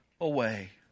away